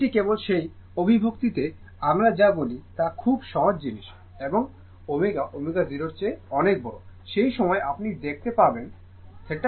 এটি কেবল সেই অভিব্যক্তিতে আমরা যা বলি তা খুব সহজ জিনিস এবং ω ω0 চেয়ে অনেক বড় সেই সময় আপনি দেখতে পাবেন θ Y 90o